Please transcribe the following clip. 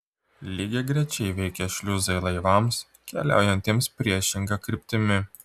lygiagrečiai veikia šliuzai laivams keliaujantiems priešinga kryptimi